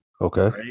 Okay